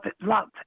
love